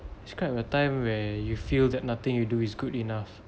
describe a time where you feel that nothing you do is good enough